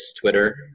Twitter